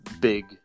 big